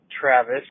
Travis